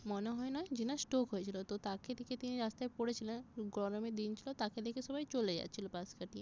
মনে হয় না যে না স্টোক হয়েছিল তো তাকে দেখি তিনি রাস্তায় পড়েছিলেন গরমের দিন ছিল তাকে দেখে সবাই চলে যাচ্ছিল পাশ কাটিয়ে